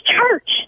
church